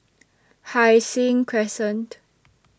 Hai Sing Crescent